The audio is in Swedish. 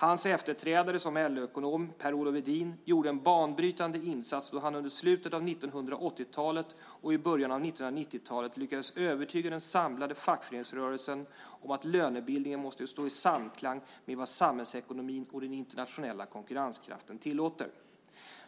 Hans efterträdare som LO-ekonom, Per-Olof Edin, gjorde en banbrytande insats då han under slutet av 1980-talet och början av 1990-talet lyckades övertyga den samlade fackföreningsrörelsen om att lönebildningen måste stå i samklang med vad samhällsekonomin och den internationella konkurrenskraften tillåter.